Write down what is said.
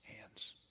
hands